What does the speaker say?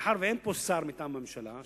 מאחר שאין פה שר מטעם הממשלה,